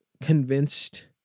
convinced